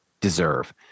deserve